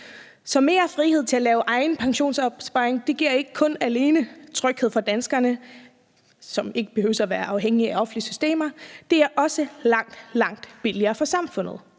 Så mere frihed til at lave egen pensionsopsparing giver ikke kun tryghed for danskerne, som ikke behøver at være afhængige af offentlige systemer; det er også langt, langt billigere for samfundet.